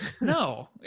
No